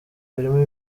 birimo